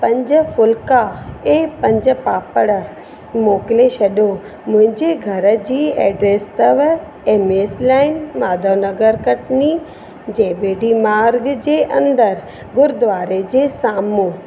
पंज फुल्का ऐं पंज पापड़ मोकिले छॾो मुंहिंजे घर जी एड्रेस अथव M S line Madhav Nagar Katni J B D Marg जे अंदरु गुरुद्वारे जे साम्हूं